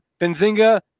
Benzinga